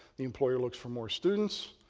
the employer looks for more students,